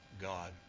God